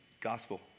gospel